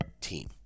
team